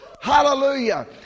Hallelujah